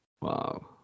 wow